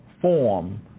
form